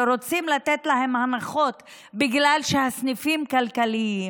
שרוצים לתת שם הנחות בגלל שהסניפים כלכליים,